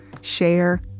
share